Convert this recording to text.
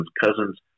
Cousins